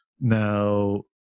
Now